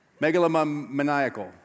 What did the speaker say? megalomaniacal